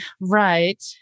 right